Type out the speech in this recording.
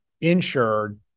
insured